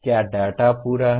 क्या डेटा पूरा है